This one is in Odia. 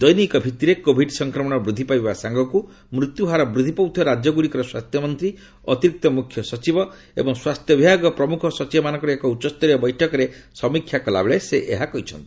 ଦୈନିକ ଭିତ୍ତିରେ କୋଭିଡ ସଂକ୍ରମଣ ବୃଦ୍ଧି ପାଇବା ସାଙ୍ଗକୁ ମୃତ୍ୟୁ ହାର ବୃଦ୍ଧି ପାଉଥିବା ରାଜ୍ୟଗୁଡିକର ସ୍ୱାସ୍ଥ୍ୟମନ୍ତ୍ରୀ ଅତିରିକ୍ତ ମୁଖ୍ୟ ସଚିବ ଏବଂ ସ୍ୱାସ୍ଥ୍ୟବିଭାଗ ପ୍ରମୁଖ ସଚିବମାନଙ୍କର ଏକ ଉଚ୍ଚସ୍ତରୀୟ ବୈଠକରେ ସମୀକ୍ଷା କଲାବେଳେ ସେ ଏହା କହିଛନ୍ତି